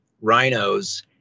rhinos